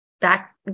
back